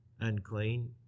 unclean